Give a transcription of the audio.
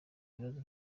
ibibazo